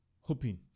hoping